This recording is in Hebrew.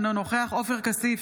אינו נוכח עופר כסיף,